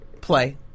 play